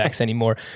anymore